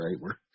right